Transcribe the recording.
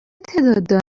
تعداد